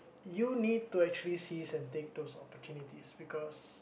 you need to actually seize and take those opportunities because